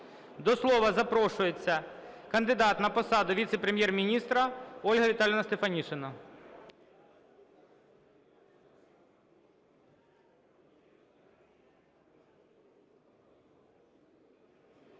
До слова запрошується кандидат на посаду віце-прем'єр-міністра Ольга Віталіївна Стефанішина.